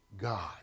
God